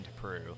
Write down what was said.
peru